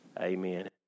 Amen